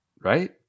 right